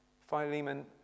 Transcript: Philemon